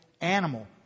animal